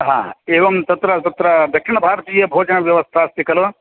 हा एवं तत्र तत्र दक्षिणभारतीयभोजनव्यवस्था अस्ति खलु